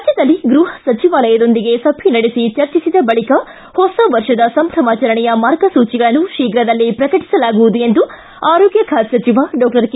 ರಾಜ್ಯದಲ್ಲಿ ಗ್ರಹ ಸಚಿವಾಲಯದೊಂದಿಗೆ ಸಭೆ ನಡೆಸಿ ಚರ್ಚಿಸಿದ ಬಳಿಕ ಹೊಸ ವರ್ಷದ ಸಂಭ್ರಚಾರಣೆಯ ಮಾರ್ಗಸೂಚಿಗಳನ್ನು ಶೀಘದಲ್ಲೇ ಪ್ರಕಟಿಸಲಾಗುವುದು ಎಂದು ಆರೋಗ್ನ ಖಾತೆ ಸಚಿವ ಡಾಕ್ಷರ್ ಕೆ